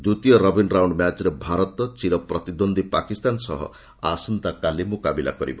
ଦ୍ୱିତୀୟ robin round ମ୍ୟାଚ୍ରେ ଭାରତ ଚିର ପ୍ରତିଦ୍ୱନ୍ଦ୍ୱୀ ପାକିସ୍ତାନ ସହ ଆସନ୍ତାକାଲି ମୁକାବିଲା କରିବ